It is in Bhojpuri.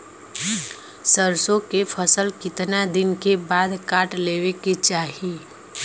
सरसो के फसल कितना दिन के बाद काट लेवे के चाही?